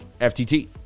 ftt